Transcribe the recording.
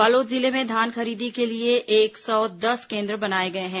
बालोद जिले में धान खरीदी के लिए एक सौ दस केन्द्र बनाए गए हैं